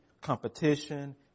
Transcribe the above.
competition